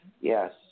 Yes